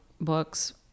books